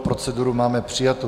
Proceduru máme přijatu.